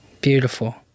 Beautiful